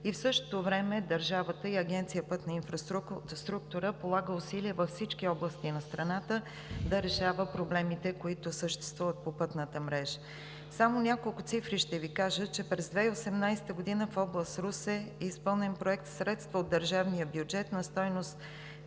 В същото време държавата – Агенция „Пътна инфраструктура“, полага усилия във всички области на страната да решава проблемите, които съществуват, по пътната мрежа. Само няколко цифри ще Ви кажа. През 2018 г. в област Русе е изпълнен проект със средства от държавния бюджет на стойност